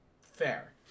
Fair